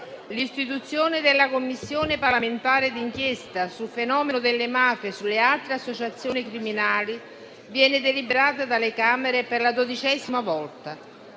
L'istituzione della Commissione parlamentare d'inchiesta su fenomeno delle mafie e sulle altre associazioni criminali viene deliberata dalle Camere per la dodicesima volta